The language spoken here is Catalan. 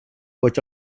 boig